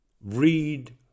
read